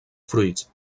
fruits